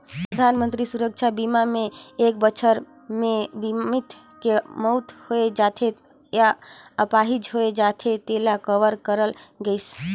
परधानमंतरी सुरक्छा बीमा मे एक बछर मे बीमित के मउत होय जाथे य आपाहिज होए जाथे तेला कवर करल गइसे